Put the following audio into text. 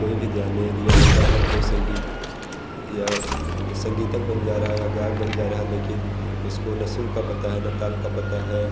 कोई भी ध्यान नहीं दिया जाता हर कोई संगीत या संगीतज्ञ बन जा रहा है या गायक बन जा रहा है लेकिन उसको ना सुर का पता है ना ताल का पता है